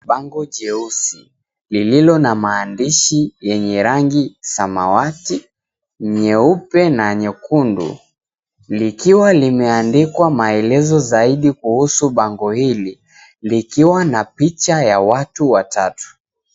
Bango jeusi lililo na maandishi yenye rangi samawati, nyeupe na nyekundu likiwa limeandikwa maelezo zaidi kuhusu bango hili, likiwa na picha ya watu watatu.